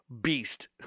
beast